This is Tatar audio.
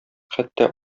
хәтта